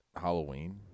Halloween